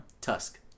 Tusk